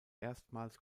erstmals